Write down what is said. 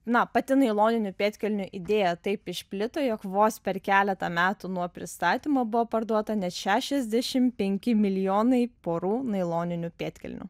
na pati nailoninių pėdkelnių idėja taip išplito jog vos per keletą metų nuo pristatymo buvo parduota net šešiasdešim penki milijonai porų nailoninių pėdkelnių